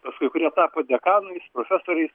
paskui kurie tapo dekanais profesoriais